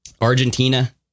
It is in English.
Argentina